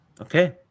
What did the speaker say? okay